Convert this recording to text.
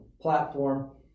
platform